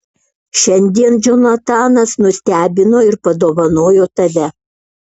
šiandien džonatanas nustebino ir padovanojo tave